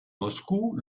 moscou